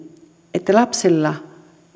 että lapsella